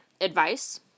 advice